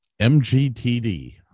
MGTD